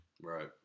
Right